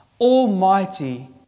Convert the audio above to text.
almighty